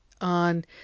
on